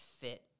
fit